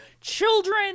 Children